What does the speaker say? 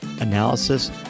analysis